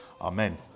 amen